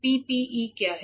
PPE क्या है